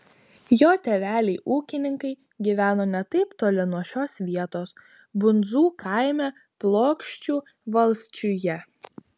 jo tėveliai ūkininkai gyveno ne taip toli nuo šios vietos bundzų kaime plokščių valsčiuje